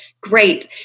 great